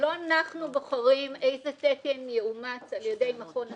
לא אנחנו בוחרים איזה תקן יאומץ על ידי מכון התקנים.